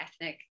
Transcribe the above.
ethnic